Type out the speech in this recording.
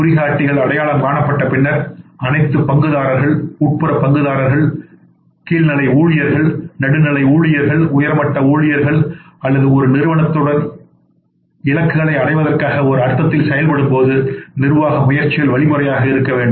குறிகாட்டிகள் அடையாளம் காணப்பட்ட பின்னர்அனைத்து பங்குதாரர்கள் உட்புற பங்குதாரர்கள் கீழ்நிலை ஊழியர்கள் நடுத்தர நிலை ஊழியர்கள் உயர்மட்ட ஊழியர்கள் அல்லது ஒரு நிறுவனத்துடன் இலக்குகளை அடைவதற்காக ஒரு அர்த்தத்தில் செயல்படும்போது நிர்வாக முயற்சிகள் வழிமுறையாக இருக்க வேண்டும்